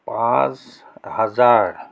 পাঁচ হাজাৰ